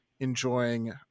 enjoying